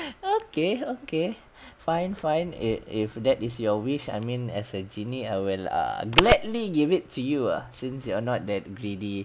okay okay fine fine it if that is your wish I mean as a genie I will gladly give it to you ah since you are not that greedy